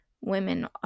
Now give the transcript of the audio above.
women